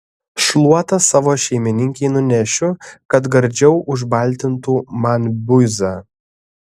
šluotą savo šeimininkei nunešiu kad gardžiau užbaltintų man buizą